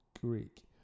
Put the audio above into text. Greek